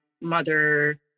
mother